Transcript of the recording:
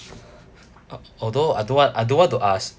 although I don't want I don't want to ask